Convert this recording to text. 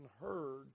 heard